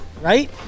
right